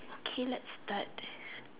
okay let's start